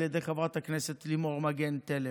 על ידי חברת הכנסת לימור מגן תלם.